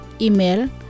Email